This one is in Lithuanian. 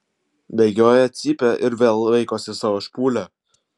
bėgioja cypia ir vėl vaikosi savo špūlę